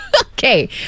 Okay